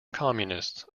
communists